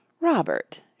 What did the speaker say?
Robert